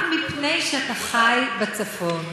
רק מפני שאתה חי בצפון.